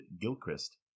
gilchrist